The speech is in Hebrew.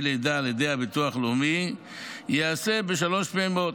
לידה על ידי הביטוח הלאומי ייעשה בשלוש פעימות,